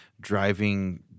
driving